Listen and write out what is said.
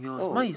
oh